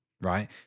Right